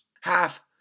half